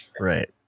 right